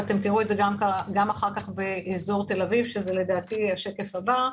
ואתם תראו את זה גם אחר כך באזור תל אביב שזה לדעתי השקף הבא,